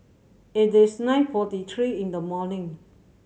it is nine forty three in the morning